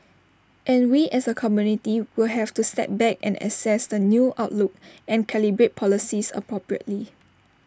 and we as A committee will have to step back and assess the new outlook and calibrate policies appropriately